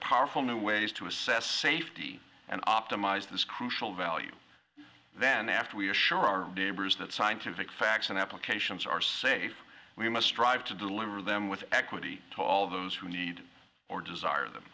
powerful new ways to assess safety and optimize this crucial value then after we are sure our neighbors that scientific facts and applications are safe we must strive to deliver them with equity to all those who need or desire them